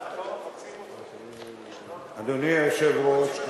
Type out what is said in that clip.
אדוני היושב-ראש,